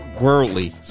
worldly